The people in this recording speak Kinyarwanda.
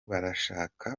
barashaka